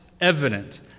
evident